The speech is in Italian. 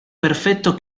perfetto